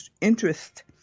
interest